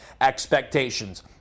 expectations